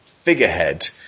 Figurehead